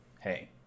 hey